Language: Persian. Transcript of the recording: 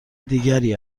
دیگری